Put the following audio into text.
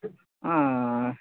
ಹಾಂ